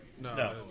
No